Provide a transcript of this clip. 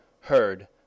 heard